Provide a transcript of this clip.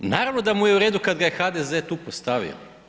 Naravno da mu je u redu kad ga je HDZ tu postavio.